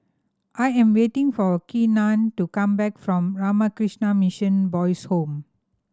I am waiting for Keenen to come back from Ramakrishna Mission Boys' Home